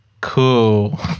cool